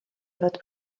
fod